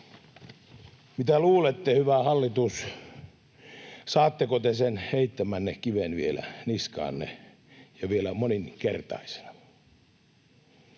Mitä luulette, hyvä hallitus, saatteko te sen heittämänne kiven vielä niskaanne ja vielä moninkertaisena?